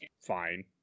fine